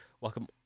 welcome